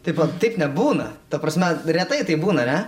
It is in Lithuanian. tipo taip nebūna ta prasme retai taip būna ane